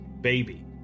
baby